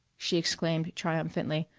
she exclaimed triumphantly.